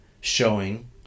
showing